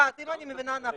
סליחה, אם אני מבינה נכון